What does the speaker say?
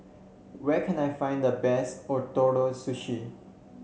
where can I find the best Ootoro Sushi